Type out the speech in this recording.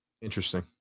Interesting